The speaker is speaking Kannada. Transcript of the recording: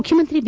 ಮುಖ್ಯಮಂತ್ರಿ ಬಿ